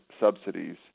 subsidies